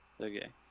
Okay